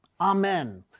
Amen